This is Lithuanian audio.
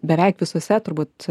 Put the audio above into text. beveik visose turbūt